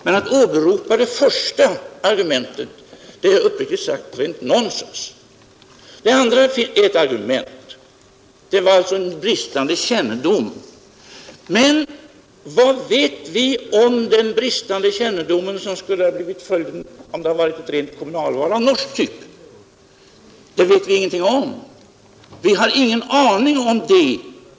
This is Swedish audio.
Men att åberopa det första argumentet är uppriktigt sagt rent nonsens. Den andra undersökningen är ett argument. Det fanns alltså en bristande kännedom om frågorna. Men vad vet vi om den bristande kännedom som skulle ha blivit följden om det varit ett rent kommunalval av norsk typ? Det vet vi ingenting om. Vi har ingen aning om det.